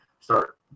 start